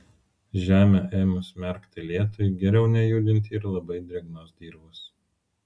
žemę ėmus merkti lietui geriau nejudinti ir labai drėgnos dirvos